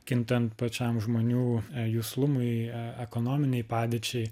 kintant pačiam žmonių juslumui ekonominei padėčiai